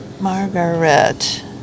Margaret